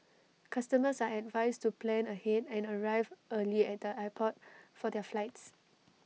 customers are advised to plan ahead and arrive early at the airport for their flights